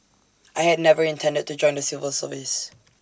I had never intended to join the civil service